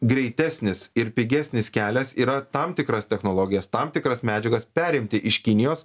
greitesnis ir pigesnis kelias yra tam tikras technologijas tam tikras medžiagas perimti iš kinijos